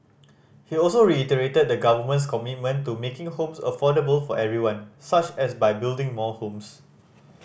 he also reiterated the Government's commitment to making homes affordable for everyone such as by building more homes